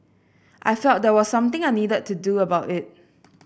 I felt there was something I needed to do about it